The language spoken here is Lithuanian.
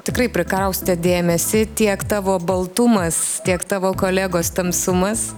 tikrai prikaustė dėmesį tiek tavo baltumas tiek tavo kolegos tamsumas